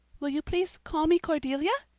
will you please call me cordelia?